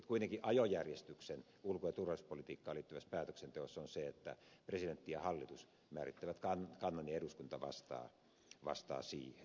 kuitenkin ajojärjestys ulko ja turvallisuuspolitiikkaan liittyvässä päätöksenteossa on se että presidentti ja hallitus määrittävät kannan ja eduskunta vastaa siihen